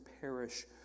perish